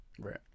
Right